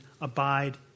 abide